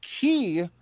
key